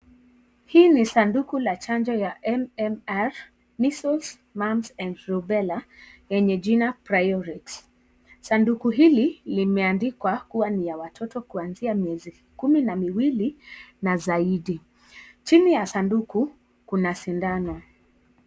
Hii ni sanduku la chanjo la MMR , measles, mumps and rubella yenye jina priorix . Sanduku hili limeandikwa kuwa ni ya watoto kuanzia miezi 12 na zaidi, chini ya sanduku kuna sindano.